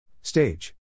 Stage